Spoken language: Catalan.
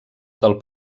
del